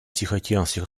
тихоокеанских